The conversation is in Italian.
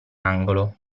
angolo